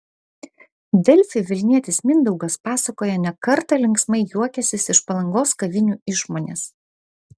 delfi vilnietis mindaugas pasakoja ne kartą linksmai juokęsis iš palangos kavinių išmonės